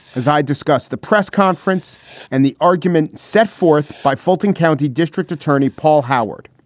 as i discussed the press conference and the argument set forth by fulton county district attorney paul howard,